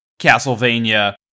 Castlevania